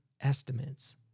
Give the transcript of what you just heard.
estimates